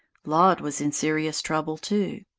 laud was in serious trouble too.